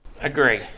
Agree